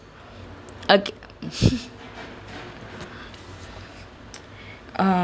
okay